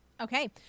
Okay